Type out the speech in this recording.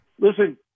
Listen